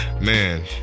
man